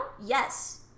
Yes